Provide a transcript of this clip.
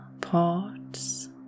parts